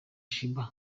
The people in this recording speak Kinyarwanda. sheebah